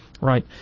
Right